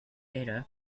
era